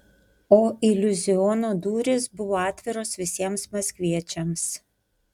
o iliuziono durys buvo atviros visiems maskviečiams